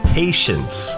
patience